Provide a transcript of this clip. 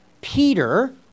Peter